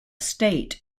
state